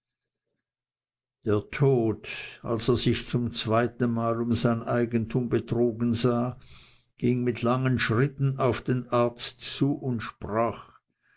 der tod als er sich zum zweitenmal um sein eigentum betrogen sah ging mit langen schritten auf den arzt zu und sprach